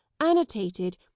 annotated